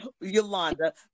Yolanda